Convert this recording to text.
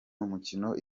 umukino